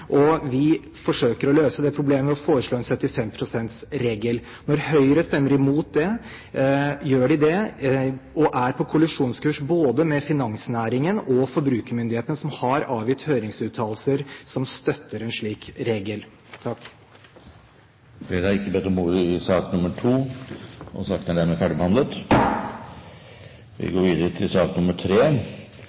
og vi forsøker å løse det ved å foreslå en 75 pst.-regel. Når Høyre stemmer imot det, er de på kollisjonskurs med både finansnæringen og forbrukermyndighetene, som har avgitt høringsuttalelser som støtter en slik regel. Flere har ikke bedt om ordet til sak